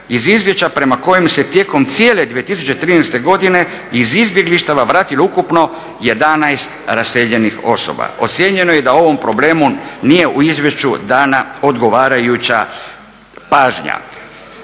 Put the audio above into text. iz izvješća prema kojem se tijekom cijele 2013. godine iz izbjeglištva vratilo ukupno 11 raseljenih osoba. Ocijenjeno je da u ovom problemu nije u izvješću dana odgovarajuća pažnja.